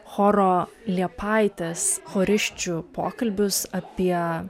choro liepaitės chorisčių pokalbius apie